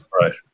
right